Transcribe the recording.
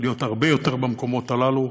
להיות הרבה יותר במקומות הללו.